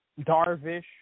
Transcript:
Darvish